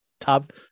top